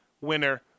winner